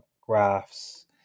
graphs